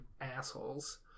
assholes